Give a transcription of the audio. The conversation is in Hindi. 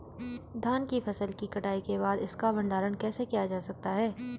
धान की फसल की कटाई के बाद इसका भंडारण कैसे किया जा सकता है?